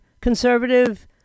conservative